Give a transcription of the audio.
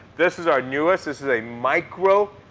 this is our newest. this is a micro-serrated.